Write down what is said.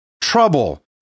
trouble